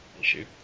issue